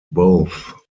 both